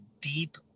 deep